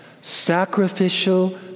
sacrificial